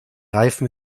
reifen